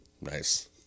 Nice